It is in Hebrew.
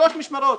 שלוש משמרות,